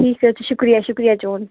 ٹھیٖکھ حظ چھُ شُکریہ شُکریہ چون